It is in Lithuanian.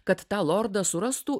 kad tą lordą surastų